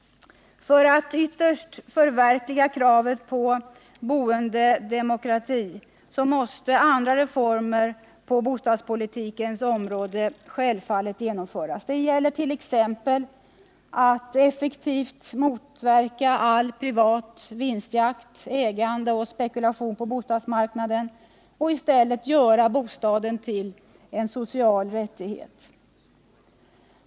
För att ytterst förverkliga kravet på boendedemokrati måste självfallet andra reformer på bostadspolitikens område genomföras. Det gäller t.ex. att effektivt motverka all privat vinstjakt, ägande och spekulation på bostadsmarknaden och i stället göra bostaden till en social rättighet.